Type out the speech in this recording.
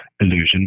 illusion